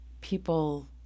people